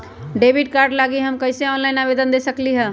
Debit card लागी हम कईसे ऑनलाइन आवेदन दे सकलि ह?